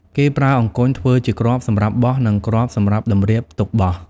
គេប្រើអង្គញ់ធ្វើជាគ្រាប់សម្រាប់បោះ និងគ្រាប់សម្រាប់តម្រៀបទុកបោះ ។